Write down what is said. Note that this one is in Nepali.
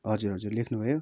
हजुर हजुर लेख्नु भयो